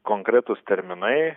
konkretūs terminai